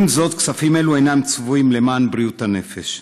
עם זאת, כספים אלו אינם צבועים למען בריאות הנפש.